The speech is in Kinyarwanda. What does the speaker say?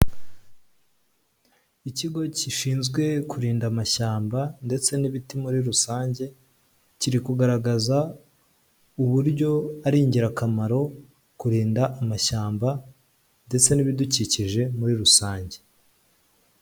Ikigo gishinzwe kurinda amashyamba ndetse n'ibiti muri rusange, kiri kugaragaza uburyo ari ingirakamaro kurinda amashyamba ndetse n'ibidukikije muri rusange.